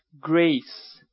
grace